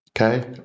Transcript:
Okay